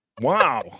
Wow